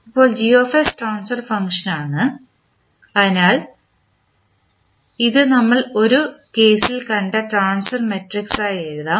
ഇപ്പോൾ ട്രാൻസ്ഫർ ഫംഗ്ഷനാണ് അതിനാൽ ഇത് നമ്മൾ ഒരു കേസിൽ കണ്ട ട്രാൻസ്ഫർ മാട്രിക്സായി കണക്കാക്കാം